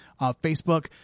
Facebook